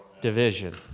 Division